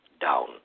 down